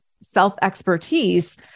self-expertise